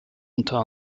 unter